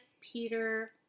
Peter